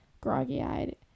groggy-eyed